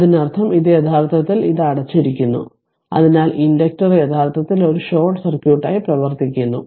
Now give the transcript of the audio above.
അതിനർത്ഥം ഇത് യഥാർത്ഥത്തിൽ ഇത് അടച്ചിരുന്നു അതിനാൽ ഇൻഡക്റ്റർ യഥാർത്ഥത്തിൽ ഒരു ഷോർട്ട് സർക്യൂട്ടായി പ്രവർത്തിക്കുന്നു